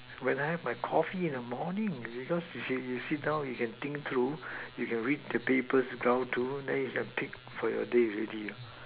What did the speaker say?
when I have my Coffee in the morning because you sit down you you can think through you can read the papers round two then you can peek for the day already